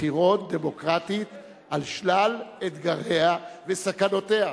בחירות דמוקרטית על שלל אתגריה וסכנותיה.